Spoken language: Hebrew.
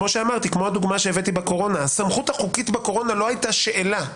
כי הסמכות החוקית בקורונה לא הייתה שאלה.